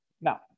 Now